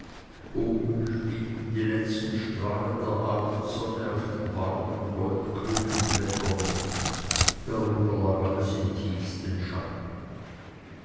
oben spielten die letzten strahlen der abendsonne auf den warmen goldgrünen blättern darunter lag alles im tiefsten schatten